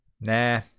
Nah